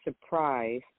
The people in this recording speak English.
surprise